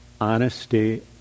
honesty